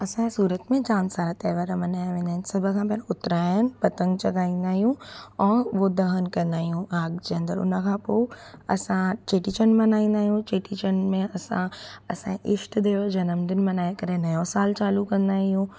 असांजे सूरत में जामु सारा त्योहार मल्हाया वेंदा आहिनि सभ खां पहिरीं उतरायण पतंग जॻाईंदा आहियूं ऐं उहो दहन कंदा आहियूं आग जे अंदरि उन खां पोइ असां चेटी चंडु मल्हाईंदा आहियूं चेटी चंड में असां असां जे ईष्ट देव जो जन्मदिन मल्हाए करे नयों सालु चालू कंदा आहियूं